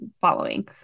following